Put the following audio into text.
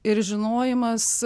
ir žinojimas